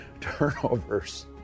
turnovers